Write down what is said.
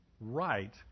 right